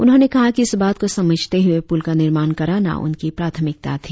उन्होंने कहा कि इस बात को समझते हुए पुल का निर्माण कराना उनकी प्राथमिकता थी